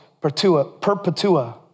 Perpetua